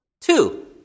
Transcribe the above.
Two